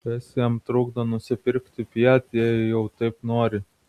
kas jam trukdo nusipirkti fiat jei jau taip nori